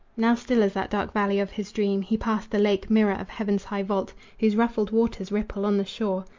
now still as that dark valley of his dream. he passed the lake, mirror of heaven's high vault, whose ruffled waters ripple on the shore,